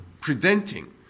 preventing